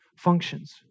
functions